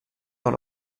dans